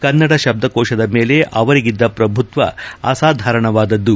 ಕನ್ನಡ ಶಬ್ದಕೋಶದ ಮೇಲೆ ಅವರಿಗಿದ್ದ ಪ್ರಭುತ್ವ ಅಸಾಧಾರಣವಾದದ್ಲು